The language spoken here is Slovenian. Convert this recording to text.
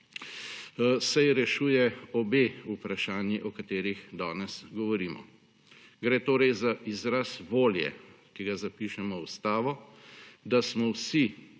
saj rešuje obe vprašanji, o katerih danes govorimo. Gre torej za izraz volje, ki ga zapišemo v ustavo, da smo vsi